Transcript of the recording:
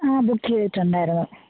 book ചെയ്തിട്ടുണ്ടായിരുന്നു